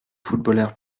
footballeur